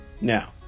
Now